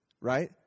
right